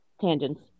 Tangents